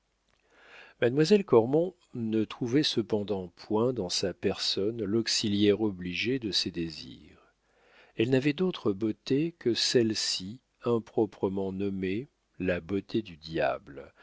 mademoiselle cormon ne trouvait cependant point dans sa personne l'auxiliaire obligé de ses désirs elle n'avait d'autre beauté que celle-ci improprement nommée la beauté du diable